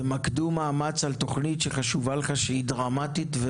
תמקדו מאמץ על תוכנית שחשובה לך שהיא דרמטית,